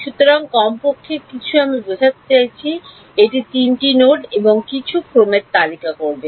সুতরাং কমপক্ষে কিছু আমি বোঝাতে চাইছি এটি তিনটি নোড এবং কিছু ক্রমের তালিকা করবে